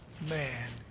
man